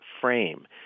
frame